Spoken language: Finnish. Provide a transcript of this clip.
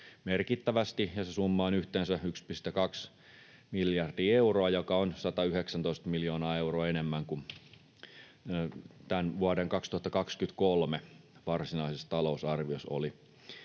merkittävästi, ja se summa on yhteensä 1,2 miljardia euroa, joka on 119 miljoonaa euroa enemmän kuin vuoden 2023 varsinaisessa talousarviossa oli.